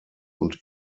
und